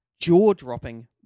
jaw-dropping